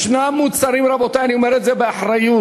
ישנם מוצרים, רבותי, אני אומר את זה באחריות,